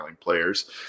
players